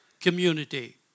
Community